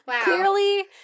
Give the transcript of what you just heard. Clearly